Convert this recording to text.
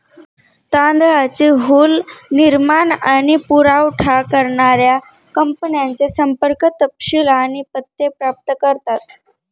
तांदळाची हुल निर्माण आणि पुरावठा करणाऱ्या कंपन्यांचे संपर्क तपशील आणि पत्ते प्राप्त करतात